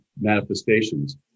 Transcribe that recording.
manifestations